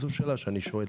זו שאלה שאני שואל.